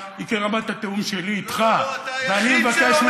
אני מבקש.